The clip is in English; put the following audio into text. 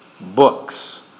books